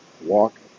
walk